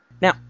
Now